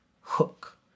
hook